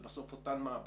זה בסוף אותן מעבדות,